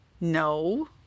No